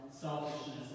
selfishness